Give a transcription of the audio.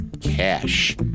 cash